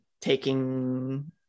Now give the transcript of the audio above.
taking